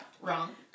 Wrong